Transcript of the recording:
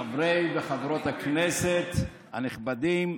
חברי וחברות הכנסת הנכבדים,